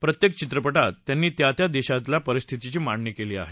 प्रत्येक चित्रपटात त्यांनी त्या त्या देशातल्या परिस्थतीची मांडणी केली आहे